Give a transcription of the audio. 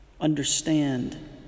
understand